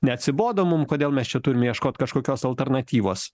neatsibodo mum kodėl mes čia turim ieškot kažkokios alternatyvos